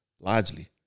largely